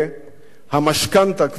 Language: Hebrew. המשכנתה כבר שולמה,